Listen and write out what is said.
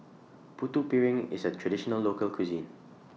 Putu Piring IS A Traditional Local Cuisine